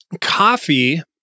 coffee